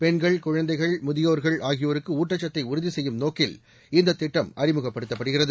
பெண்கள் குழந்தைகள் முதியோர்கள் ஆகியோருக்கு ஊட்டச்சத்தை உறுதி செய்யும் நோக்கில் இந்த திட்டம் அறிமுகப்படுத்தப்படுகிறது